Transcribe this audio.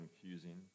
confusing